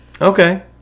Okay